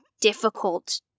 difficult